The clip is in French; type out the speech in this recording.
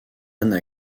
anne